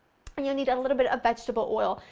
and you'll need a little bit of vegetable oil.